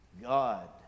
God